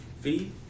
fee